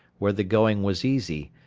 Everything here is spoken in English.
where the going was easy,